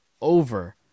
over